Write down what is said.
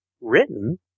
written